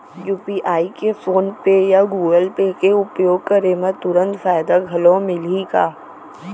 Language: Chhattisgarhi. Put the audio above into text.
यू.पी.आई के फोन पे या गूगल पे के उपयोग करे म तुरंत फायदा घलो मिलही का?